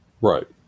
Right